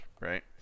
right